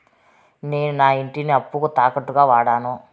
నేను నా ఇంటిని అప్పుకి తాకట్టుగా వాడాను